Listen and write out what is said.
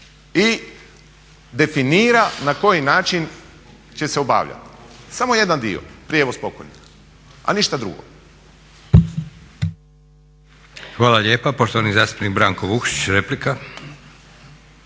i definira na koji način će se obavljati, samo jedan dio prijevoz pokojnika a ništa drugo.